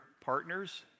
partners